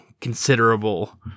considerable